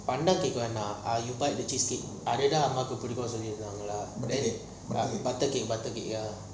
butter cake வேணாம்:venam you buy the cheese cake அது தான் அம்மாக்கு பிடிக்கும்னு சொல்லி இருக்காங்களா:athu thaan ammaku pidikumnu solli irukangala butter cake butter cake